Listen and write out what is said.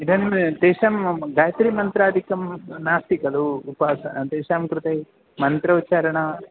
इदानीं तेषां गायत्रीमन्त्रादिकं नास्ति खलु उपवासं तेषां कृते मन्त्रोच्चारणम्